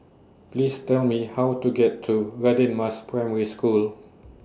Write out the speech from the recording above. Please Tell Me How to get to Radin Mas Primary School